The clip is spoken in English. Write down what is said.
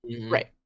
right